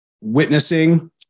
witnessing